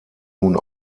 nun